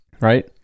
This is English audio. right